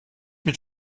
mit